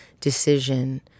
decision